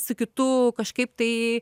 su kitu kažkaip tai